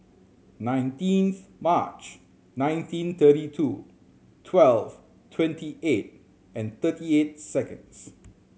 nineteenth March nineteen thirty two twelve twenty eight and thirty eight seconds